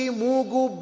mugu